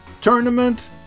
tournament